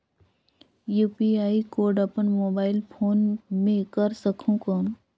UPI code अपन mobile phone मे कर सकहुं कौन?